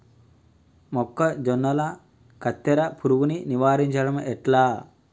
మొక్కజొన్నల కత్తెర పురుగుని నివారించడం ఎట్లా?